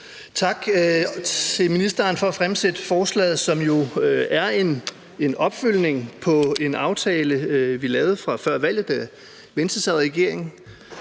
Tak til ministeren for at fremsætte forslaget, som jo er en opfølgning på en aftale, vi lavede før valget, da Venstre sad i regering.